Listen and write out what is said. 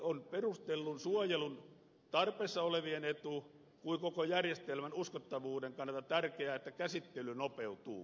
on perustellun suojelun tarpeessa olevien etu kuten myös koko järjestelmän uskottavuuden kannalta tärkeää että käsittely nopeutuu